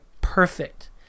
perfect